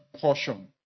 portion